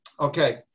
Okay